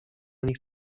nich